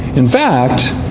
in fact,